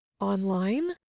online